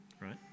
right